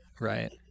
right